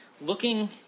looking